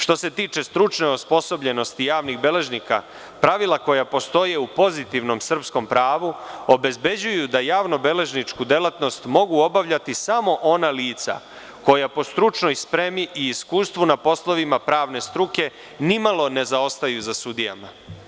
Što se tiče stručne osposobljenosti javnih beležnika, pravila koja postoje u pozitivnom srpskom pravu obezbeđuju da javnobeležničku delatnost mogu obavljati samo ona lica koja po stručnoj spremi i iskustvu na poslovima pravne struke nimalo ne zaostaju za sudijama.